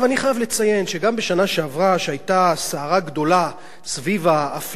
כשהיתה סערה גדולה סביב האפליה של בנות מזרחיות,